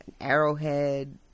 arrowhead